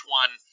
one